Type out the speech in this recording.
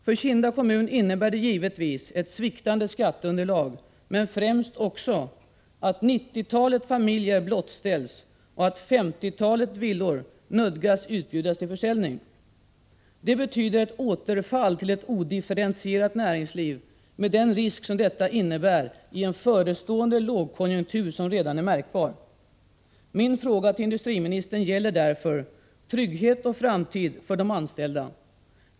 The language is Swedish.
För Kinda kommun innebär det givetvis ett sviktande skatteunderlag, men främst att nittiotalet familjer blottställs och att femtiotalet villor nödgas utbjudas till försäljning. Det betyder ett återfall till ett odifferentierat näringsliv, med den risk detta innebär i en förestående lågkonjunktur, som redan är märkbar. Min fråga till industriministern gäller därför trygghet och framtid för de anställda.